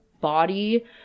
body